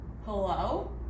Hello